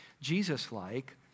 Jesus-like